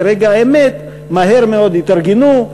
ברגע האמת מהר מאוד התארגנו,